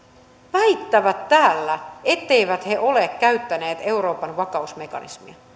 väittävät täällä etteivät he ole käyttäneet euroopan vakausmekanismia